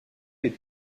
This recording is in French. est